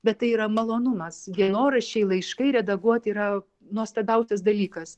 bet tai yra malonumas dienoraščiai laiškai redaguot yra nuostabiausias dalykas